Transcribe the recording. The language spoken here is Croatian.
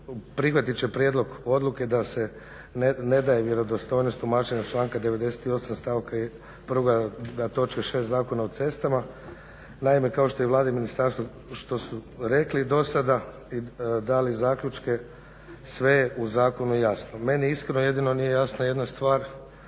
prihvatit će prijedlog odluke da se ne daje vjerodostojnost tumačenja članka 98. Stavka 1. Točke 6. Zakona u cestama. Naime kao što je vlada i ministarstvo što su rekli do sada i dali zaključke sve je u zakonu jasno. Meni iskreno nije jasno jedna stvar,